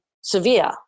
severe